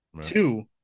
Two